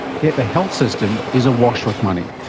yet the health system is awash with money.